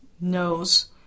knows